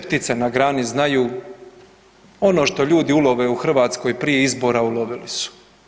ptice na grani znaju ono što ljudi ulove u Hrvatskoj prije izbora ulovili su.